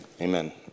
Amen